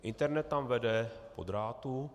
Internet tam vede po drátu.